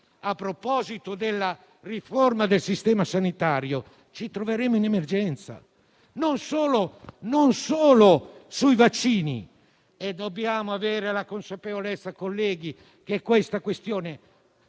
a proposito della riforma del sistema sanitario, ci troveremo in emergenza non solo sui vaccini - e dobbiamo avere la consapevolezza che saremo